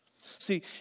See